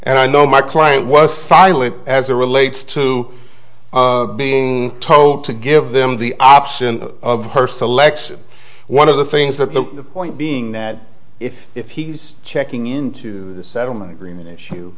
and i know my client was silent as a relates to being told to give them the option of her selection one of the things that the point being that if if he's checking into the settlement agreement issue